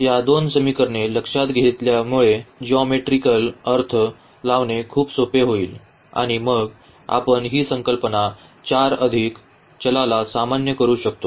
तर या दोन समीकरणे लक्षात घेतल्यामुळे जिओमेट्रीकल अर्थ लावणे खूप सोपे होईल आणि मग आपण ही संकल्पना 4 अधिक चलाला सामान्य करू शकतो